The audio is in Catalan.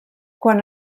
quan